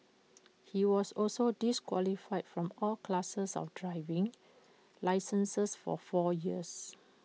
he was also disqualified from all classes of driving licenses for four years